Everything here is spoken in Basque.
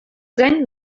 gain